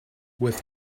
with